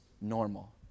normal